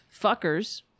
fuckers